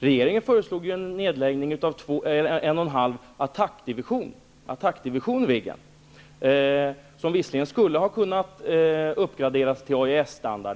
Regeringen föreslog ju en nedläggning av en och en halv attackdivision Viggen, som egentligen skulle ha kunnat ha uppgraderats till AJS-standard.